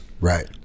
Right